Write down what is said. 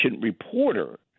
reporter